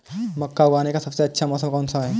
मक्का उगाने का सबसे अच्छा मौसम कौनसा है?